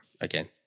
again